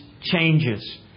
changes